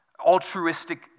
altruistic